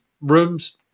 rooms